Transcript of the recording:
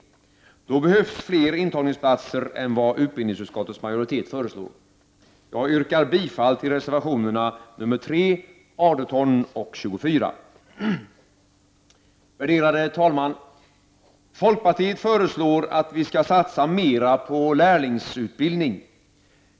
Då behövs fler intagningsplatser än vad utbildningsutskottets majoritet föreslår. Jag yrkar bifall till reservationerna 3, 18 och 24. Värderade talman! Folkpartiet föreslår att vi skall satsa mera på lärlingsutbildning.